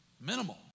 minimal